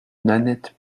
nanette